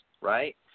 right